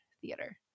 theater